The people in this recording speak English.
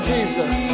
Jesus